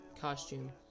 costume